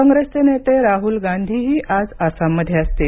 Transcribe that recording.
कॉंग्रेसचे नेते राडुल गांधीही आज आसाममध्ये असतील